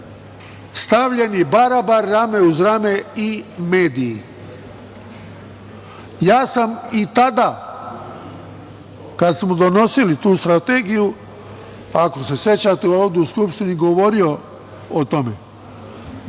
stavljeni barabar, rame uz rame i mediji. Ja sam i tada, kada smo donosili tu strategiju, ako se sećate ovde u Skupštini, govorio o tome